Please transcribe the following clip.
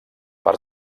per